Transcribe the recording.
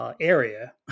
Area